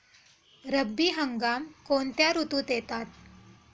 रब्बी हंगाम कोणत्या ऋतूत येतात?